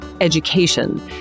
education